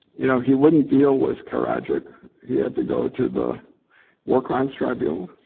you know, he wouldn't deal with karadzic he had to go to the war crimes tribunal.